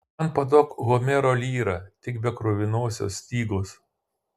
man paduok homero lyrą tik be kruvinosios stygos